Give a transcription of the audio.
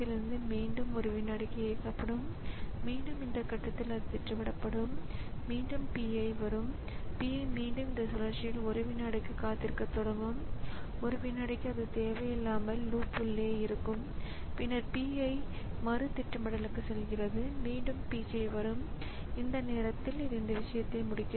எனவே விசையை அழுத்தியவுடன் அதற்கு பதிலளிக்கப்படுகிறது ஏனெனில் ப்ராஸஸர் விசைப்பலகையின் நிலையை மிக விரைவில் சரிபார்த்துள்ளது அல்லது சில கட்டத்தில் அதன் பதில் வேகம் குறைவாக இருக்கலாம் ஏனெனில் ப்ராஸஸர் வேறு ஏதாவது செய்வதில் பரபரப்பாக இருக்கலாம் மற்றும் அது நீண்ட நேரத்திற்கு பிறகு அந்த விசைப்பலகை நிலையைச் சரிபார்க்கிறது